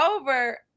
over